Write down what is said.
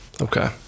Okay